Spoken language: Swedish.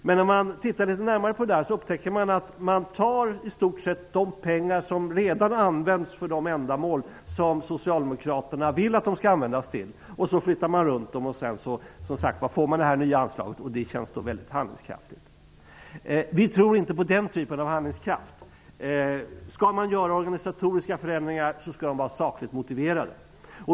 Men om man tittar litet närmare på detta ser man att de pengar som redan används för de ändamål som Socialdemokraterna vill att de skall användas till endast flyttas runt. Sedan blir det ett nytt anslag, och det känns handlingskraftigt. Vi tror inte på den typen av handlingskraft. Organisatoriska förändringar skall vara sakligt motiverade.